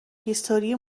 هیستوری